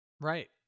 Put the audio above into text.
Right